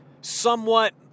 Somewhat